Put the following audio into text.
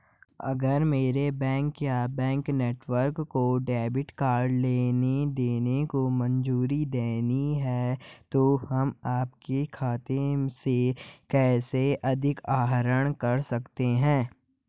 अगर मेरे बैंक या बैंक नेटवर्क को डेबिट कार्ड लेनदेन को मंजूरी देनी है तो हम आपके खाते से कैसे अधिक आहरण कर सकते हैं?